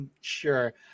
Sure